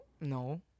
No